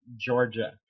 Georgia